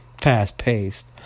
fast-paced